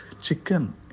chicken